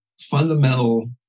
fundamental